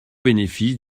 bénéfice